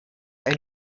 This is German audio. ein